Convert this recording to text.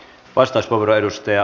arvoisa puhemies